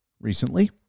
recently